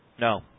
No